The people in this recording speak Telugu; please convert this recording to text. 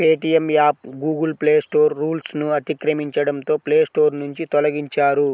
పేటీఎం యాప్ గూగుల్ ప్లేస్టోర్ రూల్స్ను అతిక్రమించడంతో ప్లేస్టోర్ నుంచి తొలగించారు